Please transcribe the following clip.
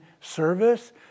service